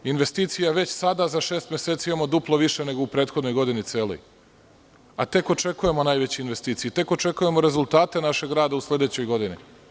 Investicija već sada, za šest meseci, imamo duplo više nego u celoj prethodnoj godini, a tek očekujemo najveće investicije i tek očekujemo rezultate našeg rada u sledećoj godini.